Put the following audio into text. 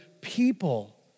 people